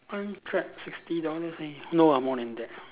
one pax sixty dollar eh no ah more than that ah